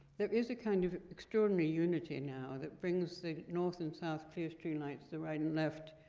there is a kind of extraordinary unity now that brings the north and south clerestory lights the right, and left,